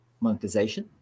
monetization